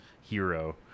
hero